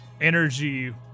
energy